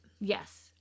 Yes